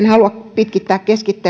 halua pitkittää